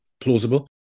plausible